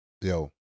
Yo